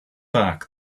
back